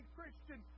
Christian